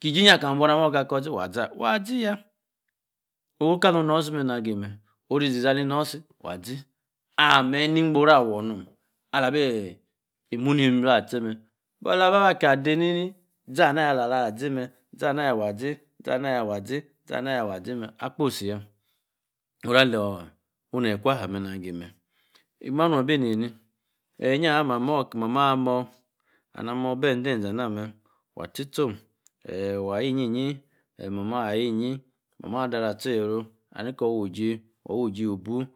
ki geyi. aka booh na. amorga kor zi waah zîa? waa. zi yaah. oh. kalor. norsi mme. nah-gemme ori-zi-za ali norsi wah zi. ameh. ni-gboroh awor. nom abí eh. īmu-ni-bua. attíe amme bola. laka de-ni-ni iz̀ana. ala-hah. zímme. zana-yah. wan zí-zana. yah. waa zí-zana. yah. waa zí-mme. akposi yaa. oro-lor. ne-kwa-ahaah mme. nagi mme. mah nun abī neni īyíahaa. mama. orr akí mama amoh. anení amoh. ībī-eden-ezee. ana mme. waa tiē stom eeh. waa ayi-íyíe. yiē mamoh ayī eyiē yiē mamoh ada reey astore-ru. aha ni kor woo-ggi. waa wooggí. wooh-booh.